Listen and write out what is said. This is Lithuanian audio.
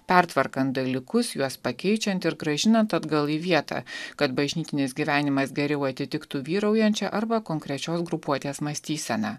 pertvarkant dalykus juos pakeičiant ir grąžinant atgal į vietą kad bažnytinis gyvenimas geriau atitiktų vyraujančią arba konkrečios grupuotės mąstyseną